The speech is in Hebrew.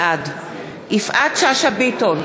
בעד יפעת שאשא ביטון,